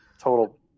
total